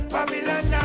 Babylon